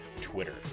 Twitter